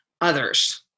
others